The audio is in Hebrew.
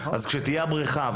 כשתהיה הבריכה,